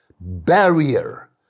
barrier